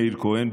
מאיר כהן,